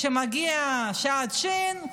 כשמגיעה שעת השין,